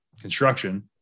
construction